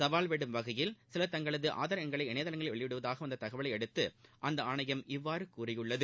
சவால்விடும் வகையில் சிலர் தங்களது ஆதார் எண்களை இணையதளங்களில் வெளியிடுவதாக வந்த தகவலை அடுத்து அந்த ஆணையம் இவ்வாறு கூறியுள்ளது